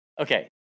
Okay